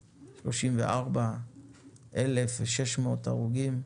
דרכים, 34,600 הרוגים,